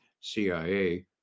CIA